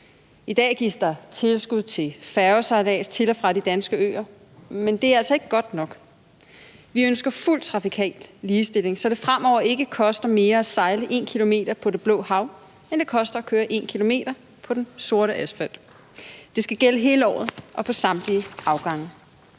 I dag gives der tilskud til færgesejlads til og fra de danske øer, men det er altså ikke godt nok. Vi ønsker fuld trafikal ligestilling, så det fremover ikke koster mere at sejle 1 km på det blå hav, end det koster at køre 1 km på den sorte asfalt. Det skal gælde hele året og på samtlige afgange.